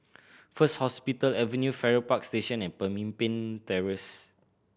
First Hospital Avenue Farrer Park Station and Pemimpin Terrace